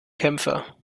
kämpfer